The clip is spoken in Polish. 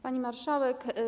Pani Marszałek!